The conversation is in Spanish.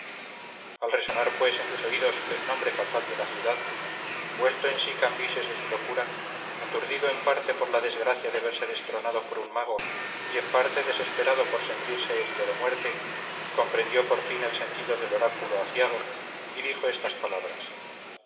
al resonar pues en sus oídos el nombre fatal de la ciudad vuelto en sí cambises de su locura aturdido en parte por la desgracia de verse destronado por un mago y en parte desesperado por sentirse herido de muerte comprendió por fin el sentido del oráculo aciago y dijo estas palabras